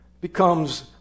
becomes